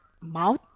mouth